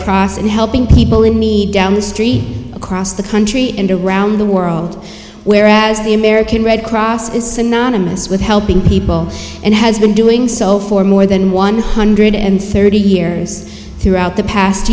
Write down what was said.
cross in helping people in need down the street across the country and around the world where the american red cross is synonymous with helping people and has been doing than one hundred and thirty years throughout the past